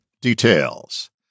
Details